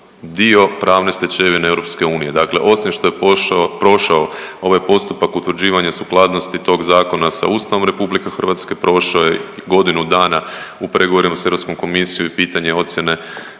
dio pravne stečevine EU. Dakle, osim što je pošao, prošao ovaj postupka utvrđivanja sukladnosti tog zakona sa Ustavom RH, prošao je godinu dana u pregovorima sa Europskom komisijom i pitanje ocjene